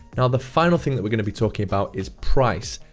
now, the final thing that we're going to be talking about is price.